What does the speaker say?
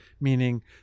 meaning